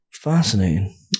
Fascinating